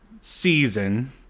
season